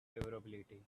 favorability